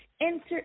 Enter